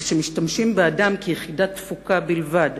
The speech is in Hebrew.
כשמשתמשים באדם כיחידת תפוקה בלבד,